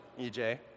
EJ